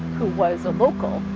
who was a local,